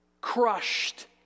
crushed